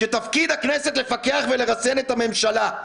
שתפקיד הכנסת לפקח ולרסן את הממשלה,